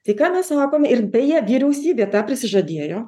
tai ką mes sakome ir beje vyriausybė tą prisižadėjo